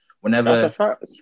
whenever